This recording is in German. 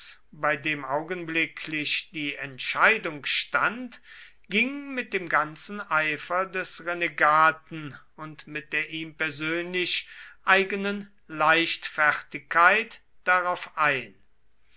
bei dem augenblicklich die entscheidung stand ging mit dem ganzen eifer des renegaten und mit der ihm persönlich eigenen leichtfertigkeit darauf ein